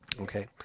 Okay